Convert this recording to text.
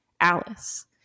Alice